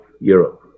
Europe